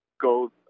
go